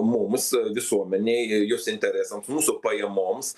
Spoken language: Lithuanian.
mums visuomenei ir jos interesams mūsų pajamoms